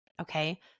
okay